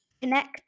connect